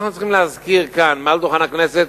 אנחנו צריכים להזכיר כאן, מעל דוכן הכנסת,